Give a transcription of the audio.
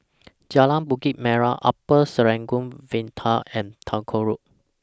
Jalan Bukit Merah Upper Serangoon Viaduct and Tagore Road